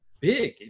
big